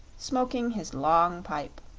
smoking his long pipe.